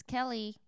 Kelly